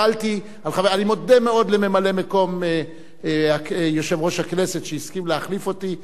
אני מודה מאוד לממלא-מקום יושב-ראש הכנסת שהסכים להחליף אותי,